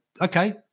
okay